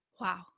wow